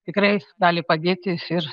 tikrai gali padėti ir